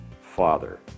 father